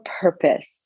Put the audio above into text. purpose